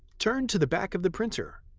turn to the back of the printer.